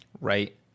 right